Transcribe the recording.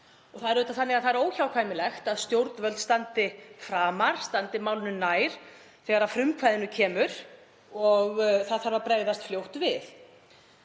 Það er auðvitað þannig að það er óhjákvæmilegt að stjórnvöld standi framar, standi málinu nær, þegar að frumkvæði kemur og bregðast þarf fljótt við.